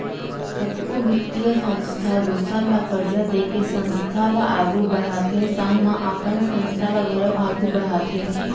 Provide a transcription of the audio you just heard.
कतको बित्तीय संस्था दूसर ल करजा देके संस्था ल आघु बड़हाथे संग म अपन संस्था ल घलौ आघु बड़हाथे